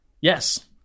Yes